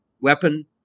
weapon